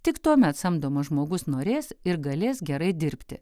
tik tuomet samdomas žmogus norės ir galės gerai dirbti